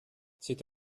c’est